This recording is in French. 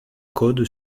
code